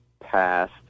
passed